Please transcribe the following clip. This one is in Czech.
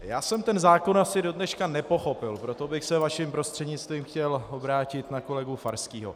Já jsem ten zákon asi dodneška nepochopil, proto bych se, vaším prostřednictvím, chtěl obrátit na kolegu Farského.